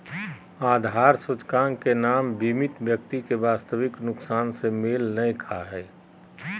आधार सूचकांक के नाप बीमित व्यक्ति के वास्तविक नुकसान से मेल नय खा हइ